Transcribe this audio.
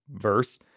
verse